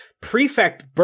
Prefect